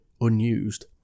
unused